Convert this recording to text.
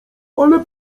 ale